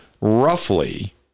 roughly